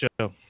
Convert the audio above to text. show